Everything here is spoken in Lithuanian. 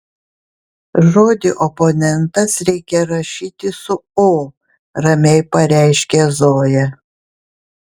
žodį oponentas reikia rašyti su o ramiai pareiškė zoja